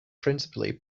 principally